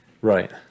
right